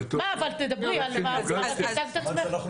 אבל תדברי, את השתקת את עצמך.